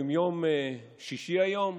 האם יום שישי היום?